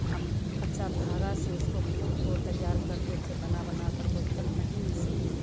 हम कच्चे धागे से उसको फूल को तैयार करते थे बना बना करको एकदम महीन से